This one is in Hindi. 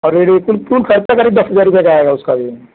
और कुल कुल खर्चा करीब दस हज़ार रुपये का आएगा उसका भी